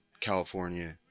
California